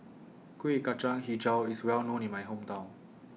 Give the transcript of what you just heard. Kueh Kacang Hijau IS Well known in My Hometown